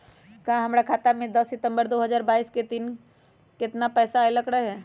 हमरा खाता में दस सितंबर दो हजार बाईस के दिन केतना पैसा अयलक रहे?